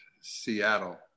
Seattle